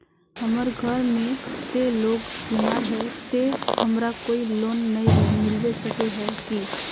हमर घर में ते लोग बीमार है ते हमरा कोई लोन नय मिलबे सके है की?